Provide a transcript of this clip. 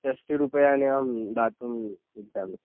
षष्ठीरूप्यकाणि अहं दातुम् इच्छामि